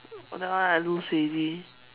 nevermind I lose already